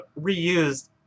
reused